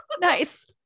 Nice